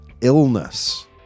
illness